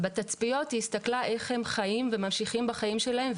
בתצפיות היא הסתכלה איך הם חיים וממשיכים בחיים שלהם,